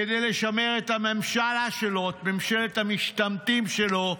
כדי לשמר את הממשלה שלו, את ממשלת המשתמטים שלו,